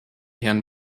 herrn